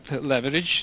leverage